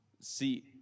See